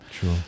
Sure